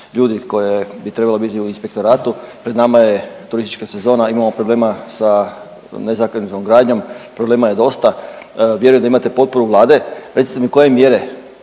ljudi koja bi trebala biti u inspektoratu. Pred nama je turistička sezona. Imamo problema sa nezakonitom gradnjom, problema je dosta. Vjerujem da imate potporu Vlade. Recite mi koje mjere